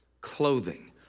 clothing